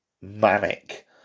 manic